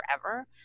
forever